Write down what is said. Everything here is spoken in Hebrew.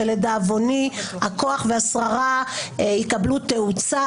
ולדאבוני הכוח והשררה יקבלו תאוצה.